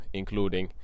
including